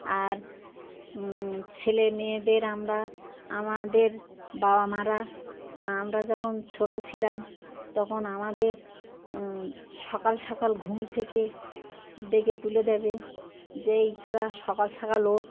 আর ছেলেমেয়েদের আমরা আমাদের বাবা মারা আমরা যখন ছোট ছিলাম তখন আমাদের সকাল সকাল ঘুম থেকে ডেকে তুলে দেবে যে এই তোরা সকাল সকাল ওঠ